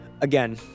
again